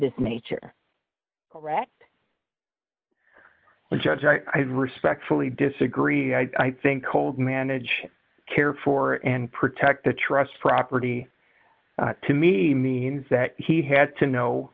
this nature correct well judge i'd respectfully disagree i think old manage care for and protect the trust property to me means that he had to know